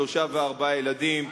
שלושה וארבעה ילדים,